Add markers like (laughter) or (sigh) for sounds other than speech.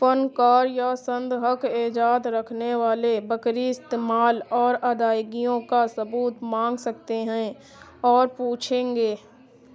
(unintelligible) یا سند حق ایجاد رکھنے والے بکری استعمال اور ادائیگیوں کا ثبوت مانگ سکتے ہیں اور پوچھیں گے